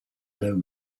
low